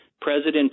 President